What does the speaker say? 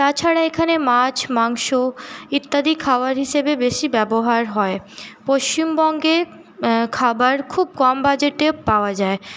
তাছাড়া এখানে মাছ মাংস ইত্যাদি খাবার হিসেবে বেশি ব্যবহার হয় পশ্চিমবঙ্গে খাবার খুব কম বাজেটে পাওয়া যায়